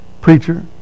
preacher